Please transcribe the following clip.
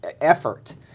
effort